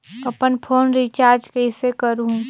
अपन phone recharge कइसे करहु?